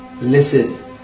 Listen